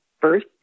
first